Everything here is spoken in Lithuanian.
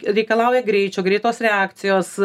reikalauja greičio greitos reakcijos